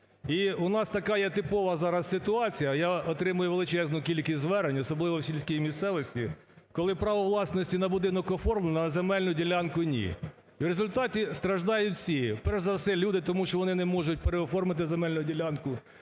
І у нас є така типова зараз ситуація, я отримую величезну кількість звернень, особливо у сільській місцевості, коли право власності на будинок оформлено, а земельну ділянку ні. В результаті страждають всі, перш за все люди, тому що вони не можуть переоформити земельну ділянку,